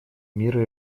мира